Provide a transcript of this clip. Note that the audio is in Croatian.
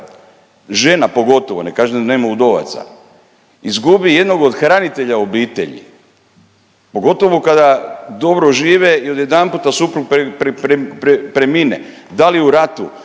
žena pogotovo, ne kažem da nema udovaca, izgubi jednog od hranitelja obitelji, pogotovo kada dobro žive i odjedanput suprug premine da li u ratu,